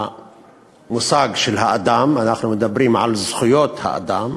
המושג של האדם, אנחנו מדברים על זכויות האדם.